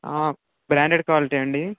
branded quality అండి